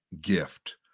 gift